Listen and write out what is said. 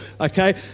Okay